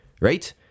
right